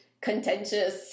contentious